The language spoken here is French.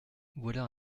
voilà